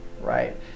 right